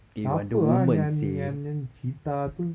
eh wonder woman seh